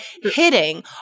hitting